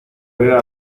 veo